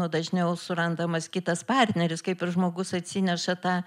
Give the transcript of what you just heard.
dažniau surandamas kitas partneris kaip ir žmogus atsineša tą